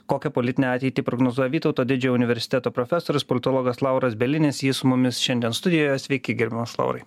kokią politinę ateitį prognozuoja vytauto didžiojo universiteto profesorius politologas lauras bielinis jis su mumis šiandien studijoje sveiki gerbiamas laurai